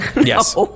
Yes